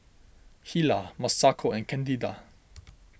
Hilah Masako and Candida